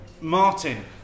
Martin